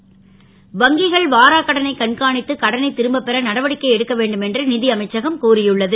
கடன் வங்கிகள் வாராக்கடனை கண்காணித்து கடனை ரும்பப் பெற நடவடிக்கை எடுக்க வேண்டும் என்று அமைச்சகம் கூறியுள்ளது